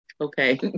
okay